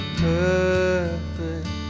perfect